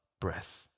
breath